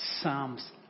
Psalms